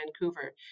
Vancouver